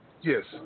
Yes